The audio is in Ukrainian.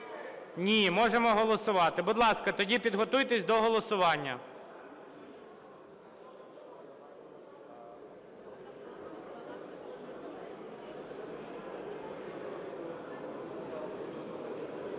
Ні. Можемо голосувати. Будь ласка, тоді підготуйтесь до голосування.